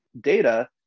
data